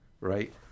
right